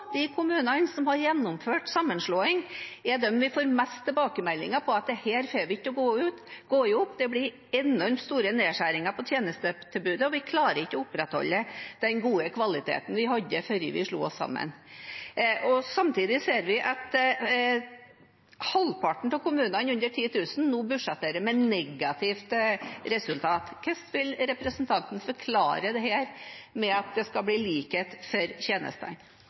de kommunene som har gjennomført sammenslåing, er dem vi får flest tilbakemeldinger fra om at dette får de ikke til å gå i hop – det blir enormt store nedskjæringer i tjenestetilbudet, og de klarer ikke å opprettholde den gode kvaliteten de hadde før de slo seg sammen. Samtidig ser vi at halvparten av kommunene med færre enn 10 000 innbyggere nå budsjetterer med negativt resultat. Hvordan vil representanten forklare dette med at det skal bli likhet for tjenestene?